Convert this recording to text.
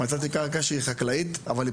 יבואנים גוררים את הרגליים שלהם